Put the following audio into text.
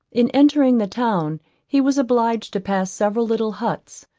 in entering the town he was obliged to pass several little huts,